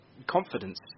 Confidence